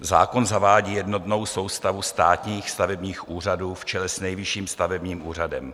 Zákon zavádí jednotnou soustavu státních stavebních úřadů v čele s Nejvyšším stavebním úřadem.